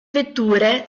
vetture